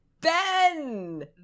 Ben